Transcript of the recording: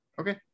Okay